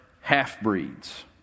half-breeds